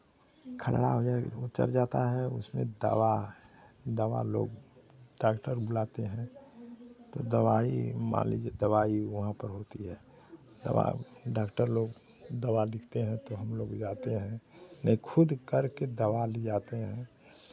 खलड़ा उजर उतर जाता है उसमें भी दवा है दवा लोग डॉक्टर बुलाते हैं तो दवाई मान लीजिये दवाई वहां पर होती है दवा डॉक्टर लोग दवा लिखते हैं तो हमलोग जाते हैं ना खुद करके दवा ले आते हैं